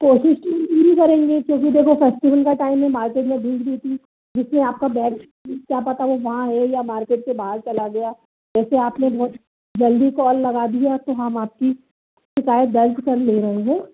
कोशिश तो हम पूरी करेंगे क्योंकि देखो फेस्टिवल का टैम में मार्केट में भीड़ भी उतनी जिसने आपका बैग क्या पता वो वहाँ है या मार्केट के बाहर चला गया वैसे आपने बहुत जल्दी कौल लगा दी है तो हाम आपकी शिकायत दर्ज कर ले रहे हैं